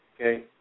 Okay